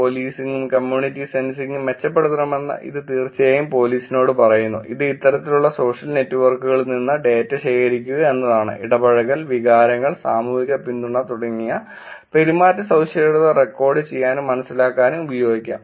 പോലീസിംഗും community സെൻസിംഗും മെച്ചപ്പെടുത്തണമെന്ന് ഇത് തീർച്ചയായും പോലീസിനോട് പറയുന്നു ഇത് ഇത്തരത്തിലുള്ള സോഷ്യൽ നെറ്റ്വർക്കുകളിൽ നിന്ന് ഡാറ്റ ശേഖരിക്കുക എന്നതാണ് ഇടപഴകൽ വികാരങ്ങൾ സാമൂഹിക പിന്തുണ തുടങ്ങിയ പെരുമാറ്റ സവിശേഷതകൾ റെക്കോർഡ് ചെയ്യാനും മനസ്സിലാക്കാനും ഉപയോഗിക്കാം